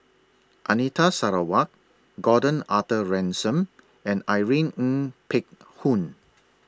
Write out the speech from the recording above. Anita Sarawak Gordon Arthur Ransome and Irene Ng Phek Hoong